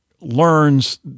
learns